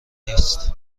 نیست